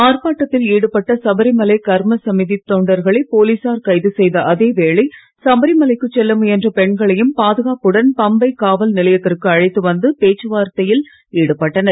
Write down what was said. ஆர்ப்பாட்டத்தில் ஈடுபட்ட சபரிமலை கர்ம சமிதி தொண்டர்களை போலீசார் கைது செய்த அதேவேளை சபரிமலைக்கு செல்ல முயன்ற பெண்களையும் பாதுகாப்புடன் பம்பை காவல் நிலையத்திற்கு அழைத்து வந்து பேச்சு வார்த்தையில் ஈடுபட்டனர்